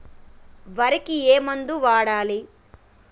వరికి ఏ మందు వాడాలి?